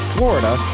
Florida